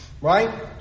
right